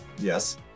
Yes